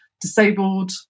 disabled